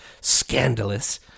scandalous